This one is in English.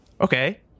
Okay